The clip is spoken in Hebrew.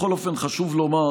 בכל אופן, חשוב לומר